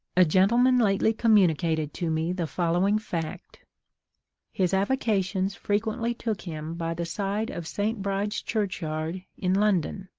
a gentleman lately communicated to me the following fact his avocations frequently took him by the side of st. bride's churchyard, in london.